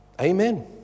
Amen